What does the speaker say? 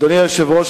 אדוני היושב-ראש,